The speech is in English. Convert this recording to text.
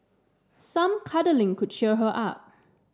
some cuddling could cheer her up